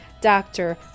doctor